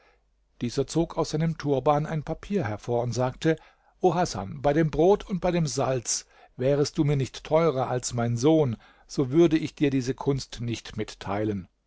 dieser zog aus seinem turban ein papier hervor und sagte o hasan bei dem brot und bei dem salz wärest du mir nicht teurer als mein sohn so würde ich dir diese kunst nicht mitteilen